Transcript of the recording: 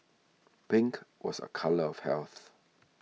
pink was a colour of health